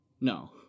No